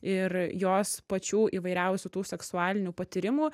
ir jos pačių įvairiausių tų seksualinių patyrimų